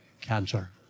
cancer